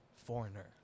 foreigner